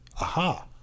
Aha